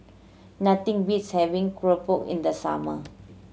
nothing beats having keropok in the summer